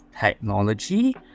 technology